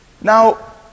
Now